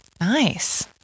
Nice